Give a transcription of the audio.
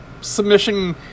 submission